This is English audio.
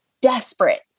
desperate